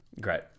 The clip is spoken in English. Great